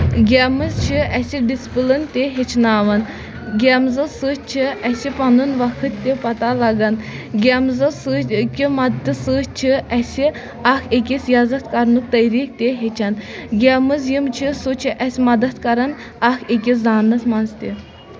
games چھِ اَسہِ discipline تہِ ہیٚچھناوان گیمزو سۭتۍ چھِ اَسہِ پَنُن وَقت تہِ پَتہ لَگان گیمزو سۭتۍ کہ مَدتہٕ سۭتۍ چھِ اَسہِ اَکھ أکِس عزت کَرنُک طٔریٖقہٕ تہِ ہیٚچھَن گیمٕز یِم چھِ سُہ چھِ اَسہِ مَدَت کَران اَکھ أکِس زاننَس منٛز تہِ